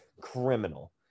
criminal